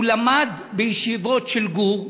הוא למד בישיבות של גור,